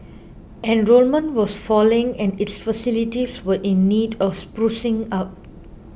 enrolment was falling and its facilities were in need of sprucing up